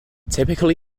typically